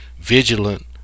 Vigilant